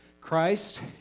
Christ